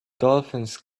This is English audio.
dolphins